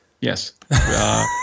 yes